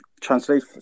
translate